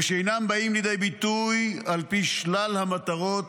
ושאינם באים לידי ביטוי על פי שלל המטרות